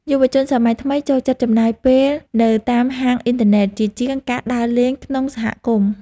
យុវជនសម័យថ្មីចូលចិត្តចំណាយពេលនៅតាមហាងអ៊ីនធឺណិតជាជាងការដើរលេងក្នុងសហគមន៍។